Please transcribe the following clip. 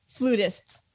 flutists